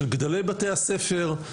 של גדלי בתי הספר,